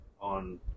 on